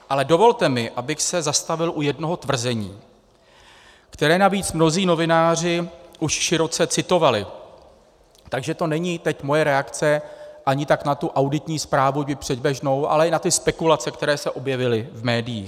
Ale dovolte mi, abych se zastavil u jednoho tvrzení, které navíc mnozí novináři už široce citovali, takže to není teď moje reakce ani tak na tu auditní zprávu, byť předběžnou, ale i na ty spekulace, které se objevily v médiích.